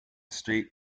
street